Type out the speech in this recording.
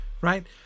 right